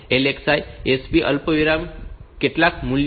LXI SP અલ્પવિરામ કેટલાક મૂલ્ય